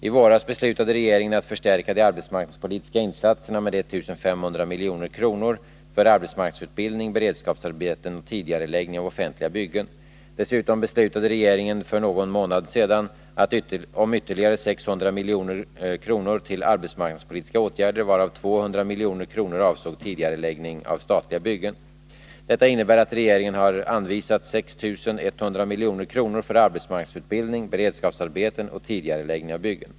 I våras beslutade regeringen att förstärka de arbetsmarknadspolitiska insatserna med 1 500 milj.kr. för arbetsmarknadsutbildning, beredskapsarbeten och tidigareläggning av offentliga byggen. Dessutom beslutade regeringen för någon månad sedan om ytterligare 600 milj.kr. till arbetsmarknadspolitiska åtgärder, varav 200 milj.kr. avsåg tidigareläggning avstatliga byggen. Detta innebär att regeringen har anvisat 6 100 milj.kr. för arbetsmarknadsutbildning, beredskapsarbeten och tidigareläggning av byggen.